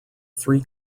three